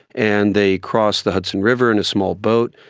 and they crossed the hudson river in a small boat.